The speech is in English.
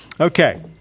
okay